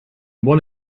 one